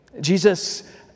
Jesus